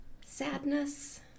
sadness